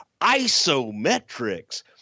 isometrics